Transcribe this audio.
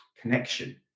connection